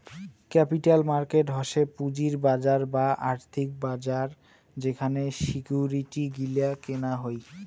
capital market হসে পুঁজির বাজার বা আর্থিক বাজার যেখানে সিকিউরিটি গিলা কেনা হই